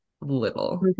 little